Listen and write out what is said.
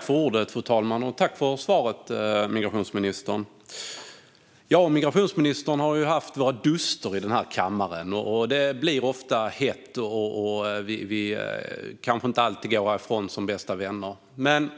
Fru talman! Jag tackar migrationsministern för svaret. Jag och migrationsministern har ju haft våra duster här i kammaren. Det hettar ofta till, och vi går kanske inte alltid härifrån som bästa vänner. Men i